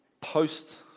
Post